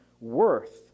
worth